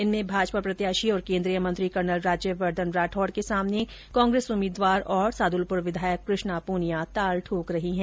इनमें भाजपा प्रत्याशी और केन्द्रीय मंत्री कर्नल राज्यवर्धन सिंह राठौड़ के सामने कांग्रेस उम्मीदवार तथा सादुलपुर विधायक कृष्णा पूनिया ताल ठोक रही है